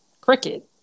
Cricket